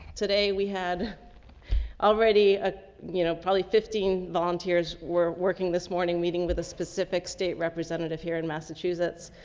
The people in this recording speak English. today. we had already, ah, you know, probably fifteen volunteers. we're working this morning meeting with a specific state representative here in massachusetts.